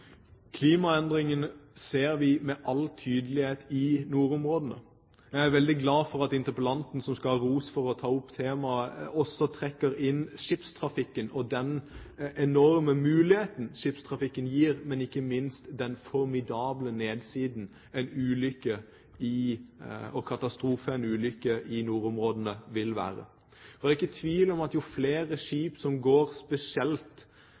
Klimaendringene ser vi med all tydelighet i nordområdene. Jeg er veldig glad for at interpellanten – som skal ha ros for å ta opp temaet – også trekker inn skipstrafikken og den enorme muligheten skipstrafikken gir, men ikke minst den formidable baksiden en katastrofe som en ulykke i nordområdene vil være. Det er ikke tvil om at jo flere skip som går spesielt